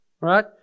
right